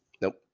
Nope